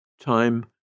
Time